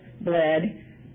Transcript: bled